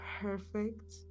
perfect